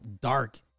dark